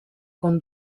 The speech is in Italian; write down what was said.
con